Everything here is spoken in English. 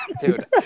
dude